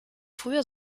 früher